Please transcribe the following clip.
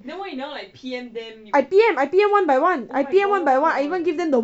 I P_M I P_M them one by one I P_M them one by one I even give them the